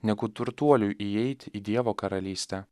negu turtuoliui įeit į dievo karalystę